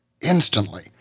instantly